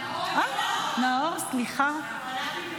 אה, נאור, סליחה.